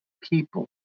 people